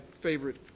favorite